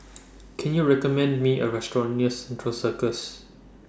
Can YOU recommend Me A Restaurant near Central Circus